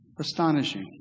astonishing